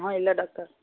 ஆ இல்லை டாக்டர்